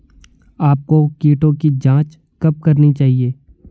आपको कीटों की जांच कब करनी चाहिए?